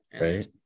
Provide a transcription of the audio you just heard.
right